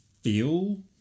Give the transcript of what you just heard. feel